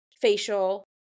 facial